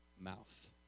Mouth